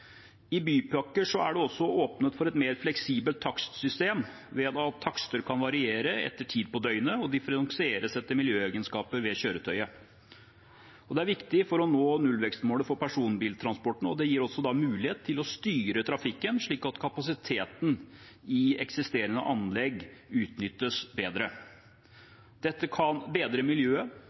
I bypakker er det også åpnet for et mer fleksibelt takstsystem ved at takster kan variere etter tid på døgnet og differensieres etter miljøegenskaper ved kjøretøyet. Det er viktig for å nå nullvekstmålet for personbiltransporten, og det gir også mulighet til å styre trafikken, slik at kapasiteten i eksisterende anlegg utnyttes bedre. Dette kan bedre miljøet,